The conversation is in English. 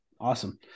Awesome